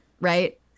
Right